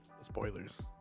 Spoilers